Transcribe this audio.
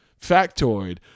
factoid